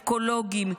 אקולוגים,